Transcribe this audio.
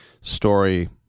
story